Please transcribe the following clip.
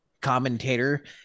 commentator